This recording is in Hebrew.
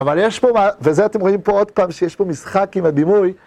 אבל יש פה, וזה אתם רואים פה עוד פעם, שיש פה משחק עם הדימוי...